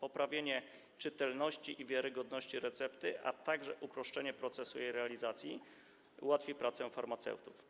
Poprawienie czytelności i wiarygodności recepty, a także uproszczenie procesu jej realizacji ułatwi pracę farmaceutom.